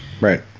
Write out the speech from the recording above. right